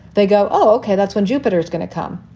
they go, oh, ok. that's when jupiter is going to come.